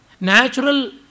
Natural